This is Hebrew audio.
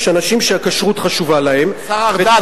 יש אנשים שהכשרות חשובה להם השר ארדן,